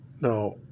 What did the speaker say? now